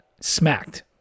smacked